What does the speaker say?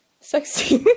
sexy